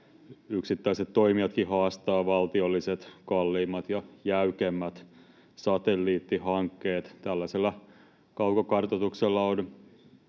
yksittäiset toimijatkin haastavat — kalliimmat ja jäykemmät valtiolliset satelliittihankkeet. Tällaisella kaukokartoituksella on